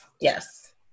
Yes